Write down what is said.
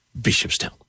Bishopstown